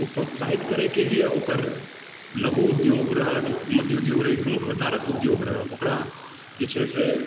ओ प्रोत्साहित करय के लिए ओकर लघु उद्योग रहय मध्य उद्योग रहय कोनो प्रकारक उद्योग रहय ओकरा जे छै से